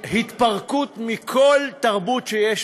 של התפרקות מכל תרבות שיש